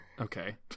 Okay